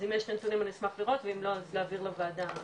אז אם יש את הנתונים אני אשמח לראות ואם לא אז להעביר לוועדה בהזדמנות.